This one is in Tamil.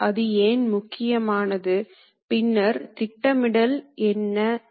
மாறாக கருவி ரெக்டிலினியர் இயக்கத்தைக் கொண்டுள்ளது